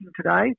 today